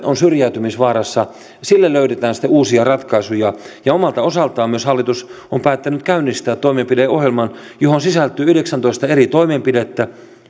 on syrjäytymisvaarassa löydetään sitten uusia ratkaisuja omalta osaltaan myös hallitus on päättänyt käynnistää toimenpideohjelman johon sisältyy yhdeksäntoista eri toimenpidettä